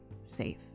safe